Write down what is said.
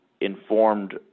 informed